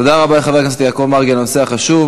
תודה רבה לחבר הכנסת מרגי על העלאת הנושא החשוב.